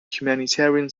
humanitarian